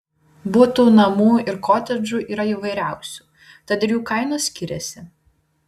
butų namų ir kotedžų yra įvairiausių tad ir jų kainos skiriasi